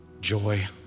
Joy